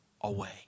away